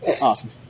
Awesome